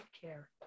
care